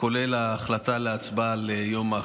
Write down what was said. כולל ההחלטה על הצבעה על יום האחדות.